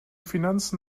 finanzen